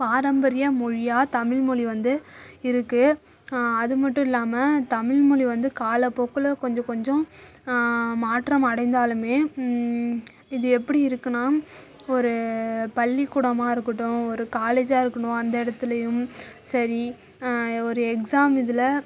பாரம்பரிய மொழியாக தமிழ்மொழி வந்து இருக்கு அதுமட்டும் இல்லாமல் தமிழ்மொழி வந்து காலப்போக்கில் கொஞ்சம் கொஞ்சம் மாற்றம் அடைந்தாலுமே இது எப்படி இருக்குன்னால் ஒரு பள்ளிக்கூடமாக இருக்கட்டும் ஒரு காலேஜாக இருக்கட்டும் அந்த இடத்திலயும் சரி ஒரு எக்ஸாம் இதில்